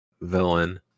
villain